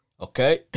Okay